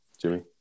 Jimmy